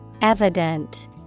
Evident